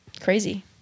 crazy